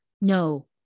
no